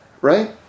Right